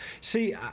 See